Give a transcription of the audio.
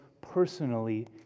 personally